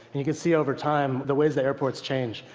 and you can see, over time, the ways the airports change.